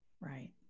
Right